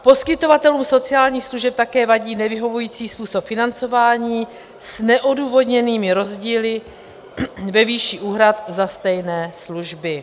Poskytovatelům sociálních služeb také vadí nevyhovující způsob financování s neodůvodněnými rozdíly ve výši úhrad za stejné služby.